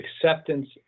acceptance